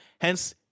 hence